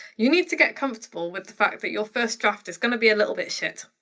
you need to get comfortable with the fact that your first draft is gonna be a little bit shit.